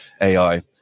AI